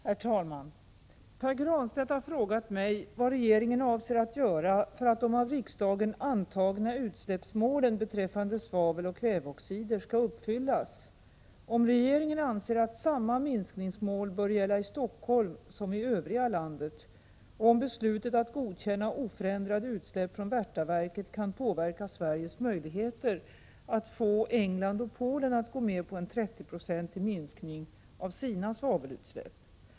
Herr talman! Pär Granstedt har frågat mig — vad regeringen avser att göra för att de av riksdagen antagna utsläppsmålen beträffande svaveloch kväveoxider skall uppfyllas, — om regeringen anser att samma minskningsmål bör gälla i Stockholm som i övriga delar av landet och - om beslutet att godkänna oförändrade utsläpp från Värtaverket kan påverka Sveriges möjligheter att få England och Polen att gå med på en 30-procentig minskning av sina svavelutsläpp.